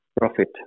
profit